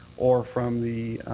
or from the